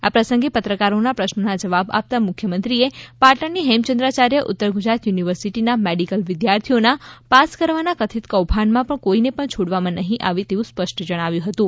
આ પ્રસંગે પત્રકારોના પ્રશ્નોના જવાબ આપતાં મુખ્યમંત્રીએ પાટણની હેમચંદ્રાચાર્ય ઉત્તર ગુજરાત યુનિવર્સિટીના મેડિકલ વિધ્યાર્થીઓના પાસ કરવાના કથિત કૌભાંડમાં પણ કોઈ ને પણ છોડવામાં નહીં આવે તેવું સ્પષ્ટ જણાવ્યું હતું